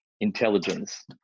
intelligence